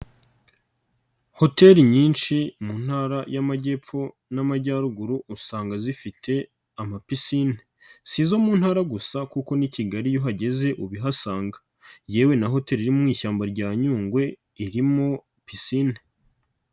Hoteli nyinshi mu Ntara y'Amajyepfo n'Amajyaruguru usanga zifite amapisine, si izo mu Ntara gusa kuko n'i Kigali iyo uhageze ubihasanga, yewe na hoteli iri mu ishyamba rya Nyungwe irimo pisine.